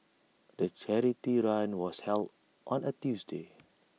the charity run was held on A Tuesday